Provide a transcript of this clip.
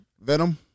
Venom